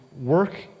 work